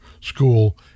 school